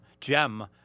gem